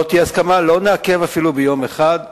לא תהיה הסכמה, לא נעכב אפילו ביום אחד.